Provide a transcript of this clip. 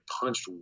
punched